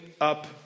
up